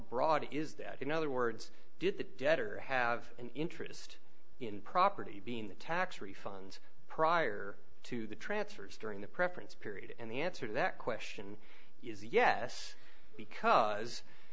broad is that in other words did the debtor have an interest in property being the tax refunds prior to the transfers during the preference period and the answer to that question is yes because